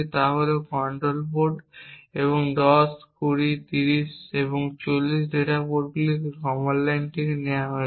তা হল control port এবং 10 20 30 এবং 40 ডেটা পোর্টগুলি কমান্ড লাইন থেকে নেওয়া হয়েছে